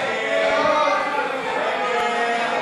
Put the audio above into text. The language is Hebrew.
סעיף 98,